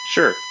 Sure